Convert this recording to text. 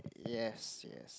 yes yes